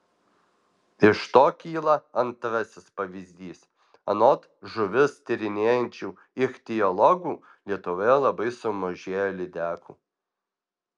iš to kyla antrasis pavyzdys anot žuvis tyrinėjančių ichtiologų lietuvoje labai sumažėjo lydekų